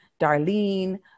Darlene